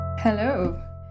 Hello